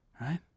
right